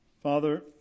Father